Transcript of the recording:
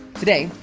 today,